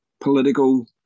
political